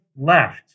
left